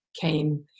came